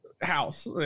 House